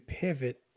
pivot